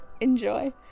enjoy